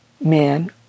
men